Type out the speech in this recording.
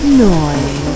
noise